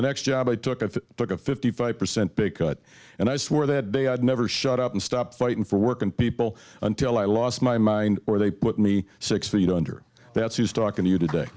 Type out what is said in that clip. the next job i took if it took a fifty five percent because and i swore that day i'd never shut up and stop fighting for work and people until i lost my mind or they put me six feet under that's who's talking to you today